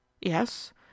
Yes